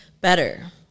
better